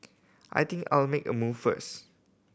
I think I'll make a move first